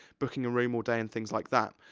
booking a room all day, and things like that.